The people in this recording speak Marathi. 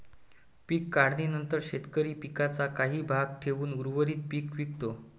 पीक काढणीनंतर शेतकरी पिकाचा काही भाग ठेवून उर्वरित पीक विकतो